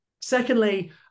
Secondly